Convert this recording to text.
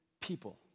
people